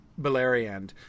Beleriand